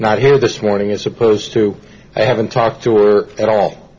not here this morning as opposed to i haven't talked to or at